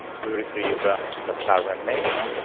we retrieve ah the current name. ah